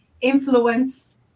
influence